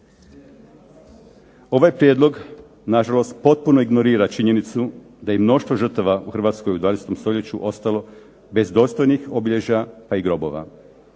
Ovaj prijedlog nažalost potpuno ignorira činjenicu da je mnoštvo žrtava u Hrvatskoj u 20. stoljeću ostalo bez dostojnih obilježja pa i grobova.